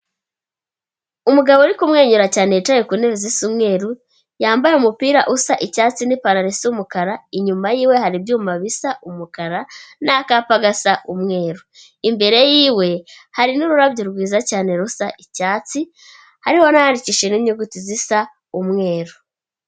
Umugabo ari kumwenyura cyane yicaye ku ntebe zisa umweru, yambaye umupira usa icyatsi n'ipantaro isa umukara, inyuma yiwe hari ibyuma bisa umukara n'akapa gasa umweru. Imbere yiwe hari n'ururabyo rwiza cyane rusa icyatsi, hariho n'ahandikishije inyuguti zisa umweru.